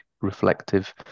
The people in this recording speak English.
reflective